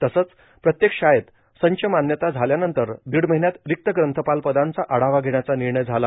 तसंच प्रत्येक शाळेत संचमाव्यता झाल्यानंतर दीड महिन्यात रिक्त ग्रंथपालपदांचा आढावा घेण्याचा निर्णय झाला